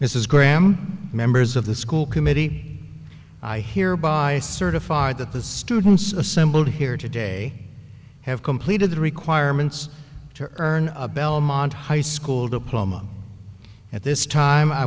this is graham members of the school committee i hereby certify that the students assembled here today have completed the requirements to earn a belmont high school diploma at this time i